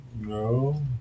No